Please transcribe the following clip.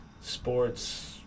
sports